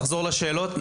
נחזור לשאלות,